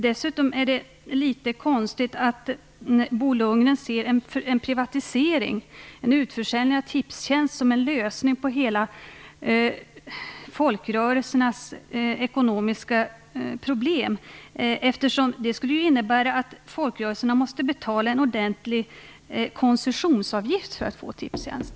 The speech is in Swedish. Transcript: Dessutom vill jag säga att det är litet konstigt att Bo Lundgren ser en privatisering - en utförsäljning - av Tipstjänst som en lösning på folkrörelsernas ekonomiska problem. Det skulle ju innebära att folkrörelserna måste betala en ordentlig koncessionsavgift för att få Tipstjänst.